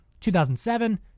2007